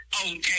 Okay